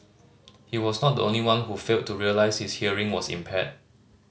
he was not the only one who failed to realise his hearing was impaired